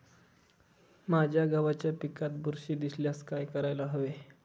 माझ्या गव्हाच्या पिकात बुरशी दिसल्यास काय करायला हवे?